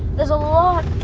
there's a lot